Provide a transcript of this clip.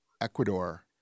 Ecuador